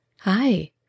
Hi